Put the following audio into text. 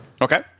Okay